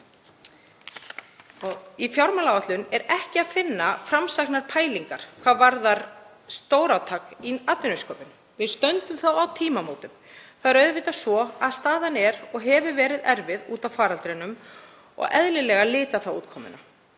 Í fjármálaáætlun er ekki að finna framsæknar pælingar hvað varðar stórátak í atvinnusköpun. Við stöndum þó á tímamótum. Staðan er og hefur verið erfið út af faraldrinum og eðlilega litar það útkomuna.